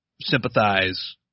sympathize